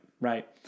Right